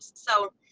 so